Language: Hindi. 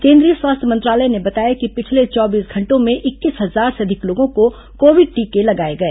केंद्रीय स्वास्थ्य मंत्रालय ने बताया कि पिछले चौबीस घंटों में इक्कीस हजार से अधिक लोगों को कोविड टीके लगाए गए